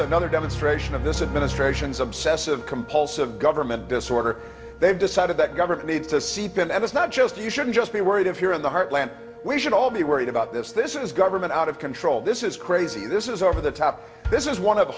another demonstration of this administration's obsessive compulsive government disorder they've decided that government needs to seep in and it's not just you should just be worried if you're in the heartland we should all be worried about this this is government out of control this is crazy this is over the top this is one of